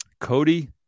Cody